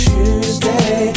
Tuesday